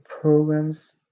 programs